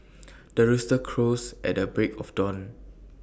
the rooster crows at the break of dawn